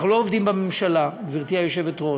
אנחנו לא עובדים בממשלה, גברתי היושבת-ראש.